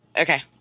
okay